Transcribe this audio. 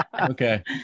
Okay